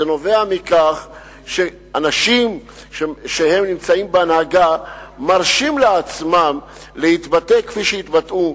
זה נובע מכך שאנשים שנמצאים בהנהגה מרשים לעצמם להתבטא כפי שהתבטאו,